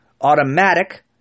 Automatic